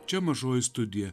čia mažoji studija